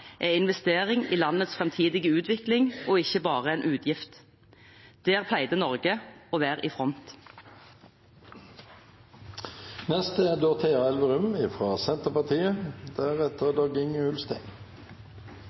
er en investering i landets framtidige utvikling, ikke bare en utgift. Der pleide Norge å være i front.